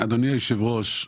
אדוני היושב-ראש,